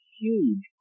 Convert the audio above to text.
huge